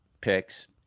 picks